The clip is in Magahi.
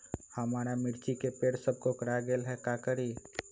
हमारा मिर्ची के पेड़ सब कोकरा गेल का करी?